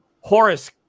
Horace